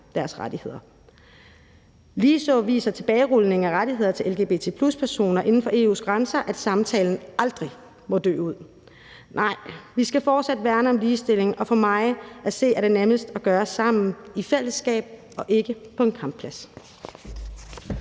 deres rettigheder. Ligeså viser tilbagerulningen af rettigheder til lgbt+-personer inden for EU's grænser, at samtalen aldrig må dø ud. Nej, vi skal fortsat værne om ligestilling, og for mig at se er det nemmest at gøre sammen, i fællesskab, og ikke på en kampplads.